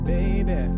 Baby